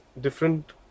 different